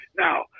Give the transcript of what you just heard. Now